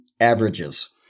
Averages